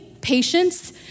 patience